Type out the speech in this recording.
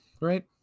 right